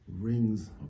rings